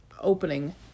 opening